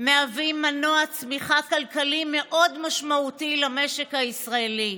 מהווים מנוע צמיחה כלכלי מאוד משמעותי למשק הישראלי.